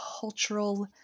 cultural